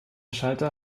schalter